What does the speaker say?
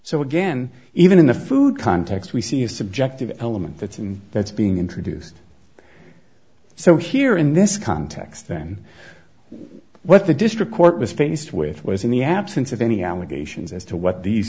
so again even in the food context we see a subjective element that's in that's being introduced so here in this context then what the district court was faced with was in the absence of any allegations as to what these